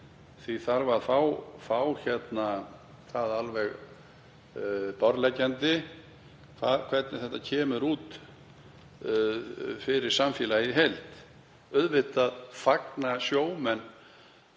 Því þarf að fá það alveg á hreint hvernig þetta kemur út fyrir samfélagið í heild. Auðvitað fagna sjómenn